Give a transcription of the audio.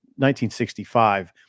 1965